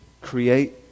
Create